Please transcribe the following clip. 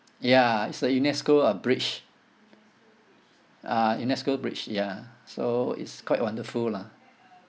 ya it's a UNESCO uh bridge uh UNESCO bridge ya so it's quite wonderful lah